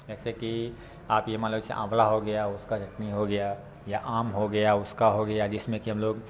जैसे कि आप ये मान लो जैसे आंवला हो गया उसका चटनी हो गया या आम हो गया उसका हो गया जिसमें कि हम लोग